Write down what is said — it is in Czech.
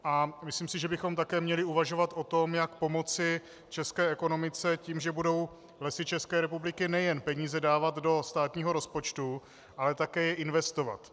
A myslím si, že bychom také měli uvažovat o tom, jak pomoci české ekonomice tím, že budou Lesy ČR nejen peníze dávat do státního rozpočtu, ale také je investovat.